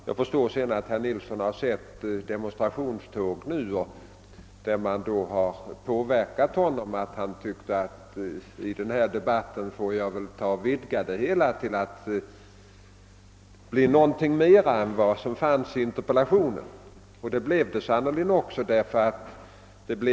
Jag förstår nu att herr Nilsson har blivit påverkad av demonstrationståg som har påverkat honom att vidga debatten till att gälla någonting mer än det som behandlas i interpellationen. Så blev det sannerligen också.